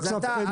ועכשיו אין.